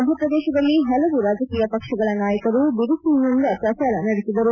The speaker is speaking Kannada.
ಮಧ್ಯಪ್ರದೇಶದಲ್ಲಿ ಹಲವು ರಾಜಕೀಯ ಪಕ್ಷಗಳ ನಾಯಕರು ಬಿರುಸಿ ಪ್ರಚಾರ ನಡೆಸಿದರು